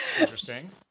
Interesting